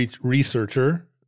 researcher